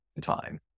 time